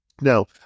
Now